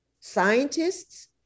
scientists